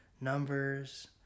numbers